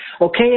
Okay